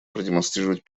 продемонстрировать